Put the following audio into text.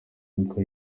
iduka